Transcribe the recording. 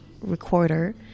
recorder